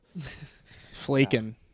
Flaking